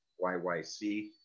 YYC